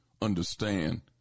understand